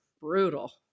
brutal